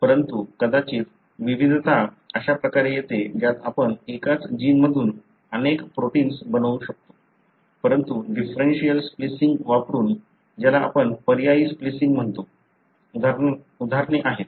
परंतु कदाचित विविधता अशा प्रकारे येते ज्यात आपण एकाच जिन मधून अनेक प्रोटिन्स बनवू शकतो परंतु डिफरेन्शिअल स्प्लिसिन्ग वापरून ज्याला आपण पर्यायी स्प्लिसिन्ग म्हणतो